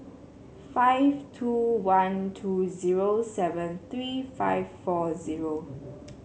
five two one two zero seven three five four zero